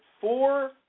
four